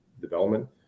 development